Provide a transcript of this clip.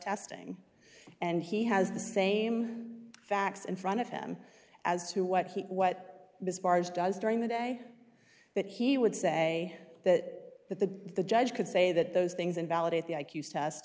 testing and he has the same facts in front of him as to what he what this barge does during the day that he would say that that the the judge could say that those things invalidate the i q test